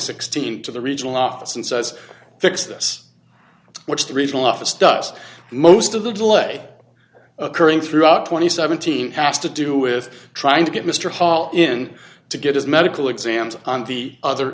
sixteen to the regional office and says fix this which the regional office does most of the delay occurring throughout two thousand and seventeen has to do with trying to get mr hall in to get his medical exams on the other